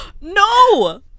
No